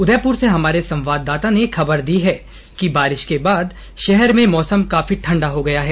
उदयपुर से हमारे संवाददाता ने खबर दी है कि बारिश के बाद शहर में मौसम काफी ठंडा हो गया है